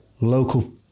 local